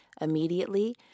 immediately